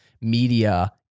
media